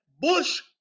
Bush